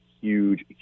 huge